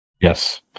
Yes